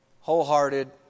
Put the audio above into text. wholehearted